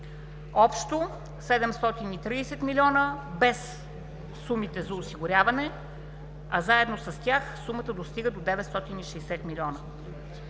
общо 730 милиона, без сумите за осигуряване, а заедно с тях сумата достига до 960 милиона.